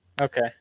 Okay